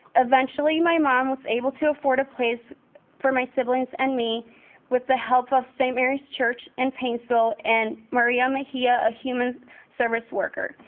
eventually, my mom was able to afford a place for my siblings and me with the help of st. mary's church in and painesville and maria mejia, a human service worker.